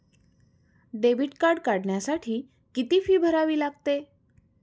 Debit card काढण्यासाठी किती fee भरावी लागते?